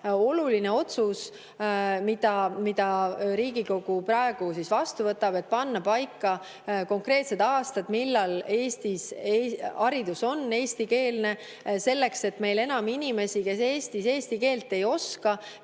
oluline otsus, mille Riigikogu praegu vastu võtab, et panna paika konkreetsed aastad, millal Eestis haridus on eestikeelne, selleks et meil enam inimesi, kes Eestis eesti keelt ei oska,